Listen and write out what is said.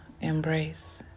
embrace